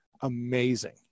amazing